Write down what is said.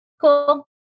cool